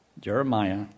Jeremiah